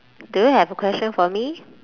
do you have a question for me